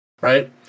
right